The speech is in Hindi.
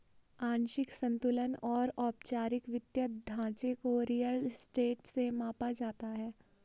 आंशिक संतुलन और औपचारिक वित्तीय ढांचे को रियल स्टेट से मापा जाता है